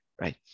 right